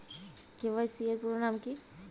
KYC এর পুরোনাম কী?